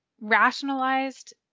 rationalized